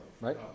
right